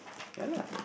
yeah lah